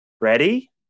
Ready